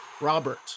Robert